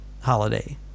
holiday